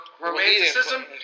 romanticism